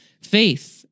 faith